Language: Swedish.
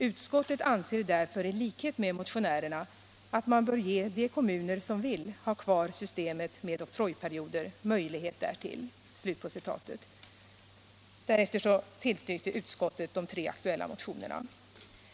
Utskottet anser därför i likhet med motionärerna att man bör ge de kommuner som vill ha kvar systemet med oktrojperioder möjlighet därtill.” Utskottet tillstyrker därefter de tre aktuella motionerna.